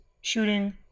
shooting